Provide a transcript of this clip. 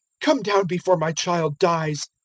come down before my child dies.